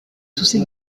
toussait